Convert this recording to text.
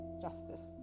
justice